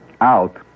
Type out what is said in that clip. Out